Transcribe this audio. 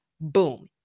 Boom